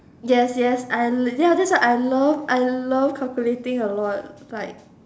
yes yes I ya that's why I love I love calculating a lot like